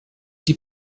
die